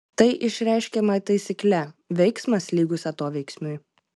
tai išreiškiama taisykle veiksmas lygus atoveiksmiui